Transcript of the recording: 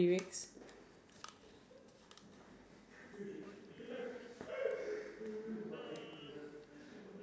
I think I think I know I feel like if you just starting out I don't think they will really uh ask you to do all of that